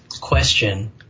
question